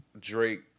Drake